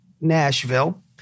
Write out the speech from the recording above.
Nashville